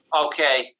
Okay